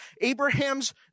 Abraham's